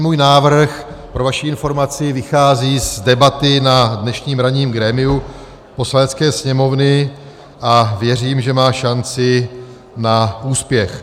Můj návrh, pro vaši informaci, vychází z debaty na dnešním ranním grémiu Poslanecké sněmovny a věřím, že má šanci na úspěch.